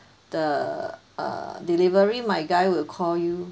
the uh delivery my guy will call you